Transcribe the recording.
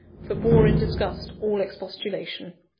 forbore in disgust all expostulation.